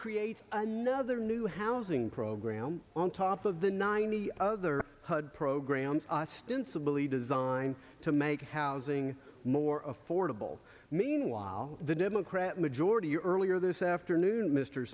creates another new housing program on top of the ninety other hud programs ostensibly designed to make housing more affordable meanwhile the democrat majority early this afternoon mr